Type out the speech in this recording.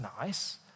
nice